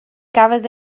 gafodd